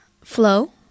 Flow